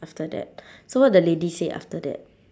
after that so what the lady say after that